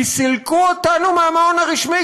כי סילקו אותנו מהמעון הרשמי,